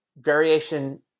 variation